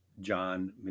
John